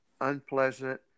unpleasant